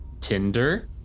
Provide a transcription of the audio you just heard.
tinder